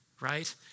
right